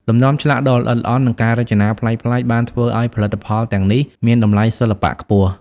លំនាំឆ្លាក់ដ៏ល្អិតល្អន់ និងការរចនាប្លែកៗបានធ្វើឱ្យផលិតផលទាំងនេះមានតម្លៃសិល្បៈខ្ពស់។